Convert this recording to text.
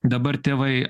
dabar tėvai